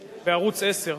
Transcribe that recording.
בערוץ-10,